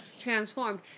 transformed